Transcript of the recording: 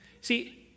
See